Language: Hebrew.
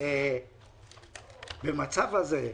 במצב הזה,